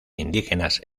indígenas